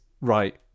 right